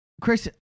Chris